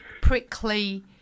prickly